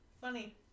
Funny